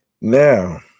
Now